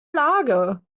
lage